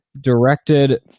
directed